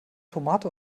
tomate